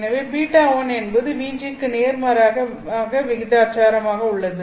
எனவே β1 என்பது vg க்கு நேர்மாறாக விகிதாச்சாரம் ஆக உள்ளது